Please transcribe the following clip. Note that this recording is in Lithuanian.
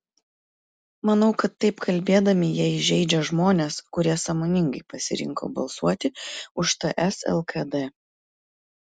manau kad taip kalbėdami jie įžeidžia žmones kurie sąmoningai pasirinko balsuoti už ts lkd